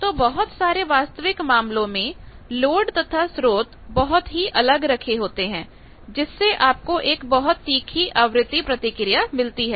तो बहुत सारे वास्तविक मामलों में लोड तथा स्रोत बहुत ही अलग रखे होते हैं जिससे आपको एक बहुत ही तीखी आवृत्ति प्रतिक्रिया प्रतिक्रिया मिलती है